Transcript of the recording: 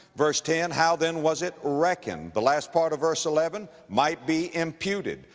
verse ten, how then was it reckoned. the last part of verse eleven, might be imputed.